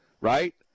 right